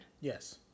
Yes